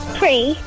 Three